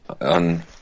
On